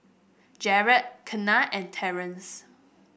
Jerald Kenna and Terrance